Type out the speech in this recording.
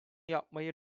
yapmayı